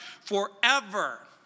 forever